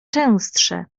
częstsze